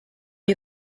you